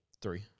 Three